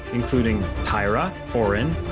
including tyra, oren,